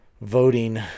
voting